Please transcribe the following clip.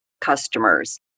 customers